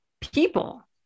people